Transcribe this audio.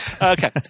Okay